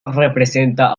representa